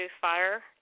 Fire